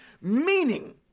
meaning